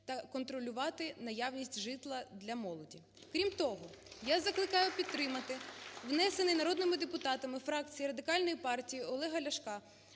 та контролювати наявність житла для молоді. Крім того, я закликаю підтримати внесений народними депутатами фракції Радикальної партії Олега Ляшка